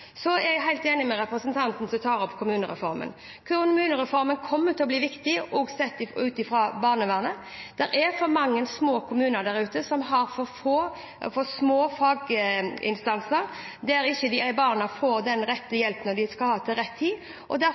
Så er jeg helt enig med representanten som tar opp kommunereformen. Kommunereformen kommer til å bli viktig, også sett ut fra barnevernet. Det er for mange små kommuner der ute som har for små faginstanser, så barna får ikke den rette hjelpen de skal ha, til rett tid. Derfor har regjeringen, og